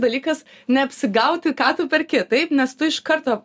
dalykas neapsigauti ką tu perki taip nes tu iš karto